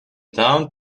town